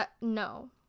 No